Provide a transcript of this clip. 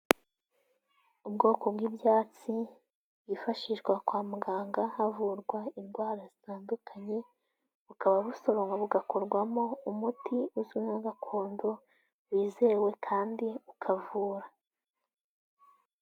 Ubwoko bw'ibyatsi byifashishwa kwa muganga havurwa indwara zitandukanye, bukaba busoromwa, bugakorwamo umuti uzwi nka gakondo wizewe kandi ukavura.